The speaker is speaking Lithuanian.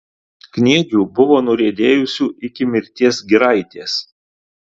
kniedžių buvo nuriedėjusių iki mirties giraitės